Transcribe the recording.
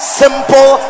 simple